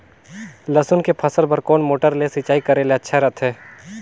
लसुन के फसल बार कोन मोटर ले सिंचाई करे ले अच्छा रथे?